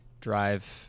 Drive